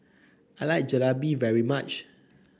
I like Jalebi very much